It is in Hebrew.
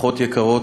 משפחות יקרות,